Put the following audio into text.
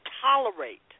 tolerate